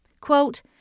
Quote